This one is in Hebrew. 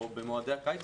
או במועדי הקיץ,